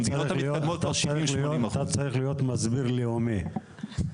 במדינות המתקדמות --- אתה צריך להיות מסביר לאומי.